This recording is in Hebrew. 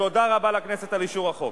תודה רבה לכנסת על אישור החוק.